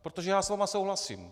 Protože já s vámi souhlasím.